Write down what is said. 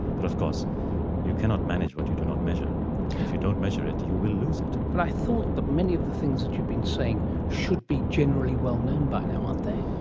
but of course you cannot manage what you do not measure, and if you don't measure it you will lose it. but i thought that many of the things that you've been saying should be generally well known by now, aren't they?